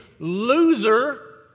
Loser